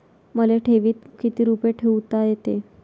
मले ठेवीत किती रुपये ठुता येते?